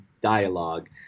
dialogue